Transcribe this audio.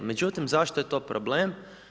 Međutim zašto je to problem?